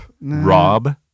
Rob